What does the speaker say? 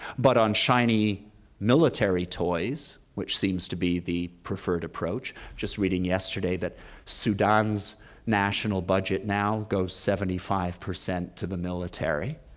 but on shiny military toys, which seems to be the preferred approach. just reading yesterday that sudan's national budget now goes seventy five percent to the military.